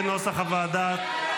כנוסח הוועדה.